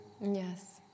Yes